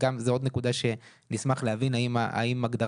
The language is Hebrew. זו עוד נקודה שנשמח להבין האם הגדרת